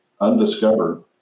undiscovered